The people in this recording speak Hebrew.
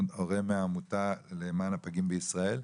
הורה מהעמותה למען הפגים בישראל.